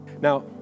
Now